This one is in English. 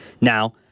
Now